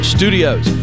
Studios